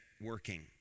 working